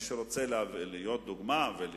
הרשויות האלה שובתות בצדק, על